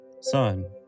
Son